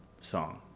song